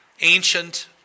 ancient